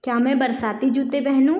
क्या मैं बरसाती जूते पहनूँ